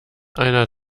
einer